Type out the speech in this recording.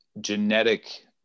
genetic